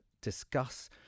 discuss